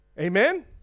Amen